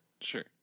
Sure